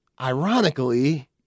Ironically